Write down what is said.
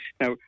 Now